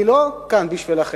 אני לא כאן בשבילכם,